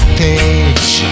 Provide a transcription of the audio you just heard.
page